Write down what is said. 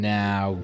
now